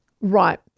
Right